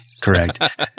Correct